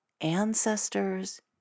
ancestors